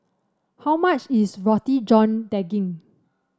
how much is Roti John Daging